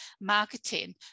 marketing